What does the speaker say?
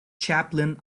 chaplain